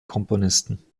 komponisten